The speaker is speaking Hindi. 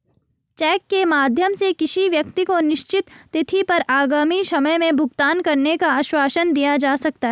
चेक के माध्यम से किसी व्यक्ति को निश्चित तिथि पर आगामी समय में भुगतान करने का आश्वासन दिया जा सकता है